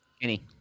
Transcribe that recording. Kenny